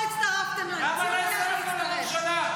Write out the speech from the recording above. הצטרפתם לממשלה --- למה לא הצטרפתם לממשלה?